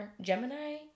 Gemini